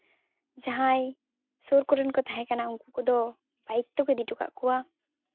ᱡᱟᱦᱟᱸᱭ ᱥᱩᱨ ᱠᱚᱨᱮᱱ ᱠᱚ ᱛᱟᱦᱮᱸ ᱠᱟᱱᱟ ᱩᱱᱠᱩ ᱫᱚ ᱵᱟᱭᱤᱠ ᱛᱮᱠᱚ ᱤᱫᱤ ᱦᱚᱴᱚ ᱠᱟᱜ ᱠᱚᱣᱟ